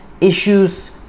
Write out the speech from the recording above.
issues